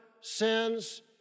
sins